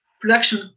production